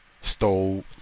Stole